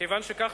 כיוון שכך,